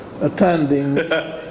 attending